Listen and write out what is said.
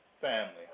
family